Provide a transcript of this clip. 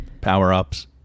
Power-ups